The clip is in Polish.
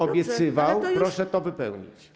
Obiecywał, proszę to wypełnić.